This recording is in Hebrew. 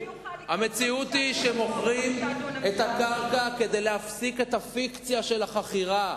המציאות היא שמוכרים את הקרקע כדי להפסיק את הפיקציה של החכירה.